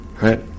right